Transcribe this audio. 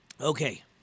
Okay